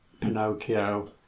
Pinocchio